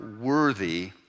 worthy